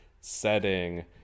setting